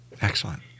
Excellent